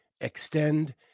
extend